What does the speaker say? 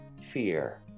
fear